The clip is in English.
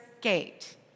gate